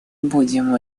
будем